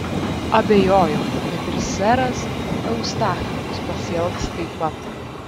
abejojau kad ir seras eustachijus pasielgs taip pat